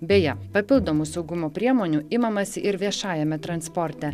beje papildomų saugumo priemonių imamasi ir viešajame transporte